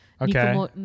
okay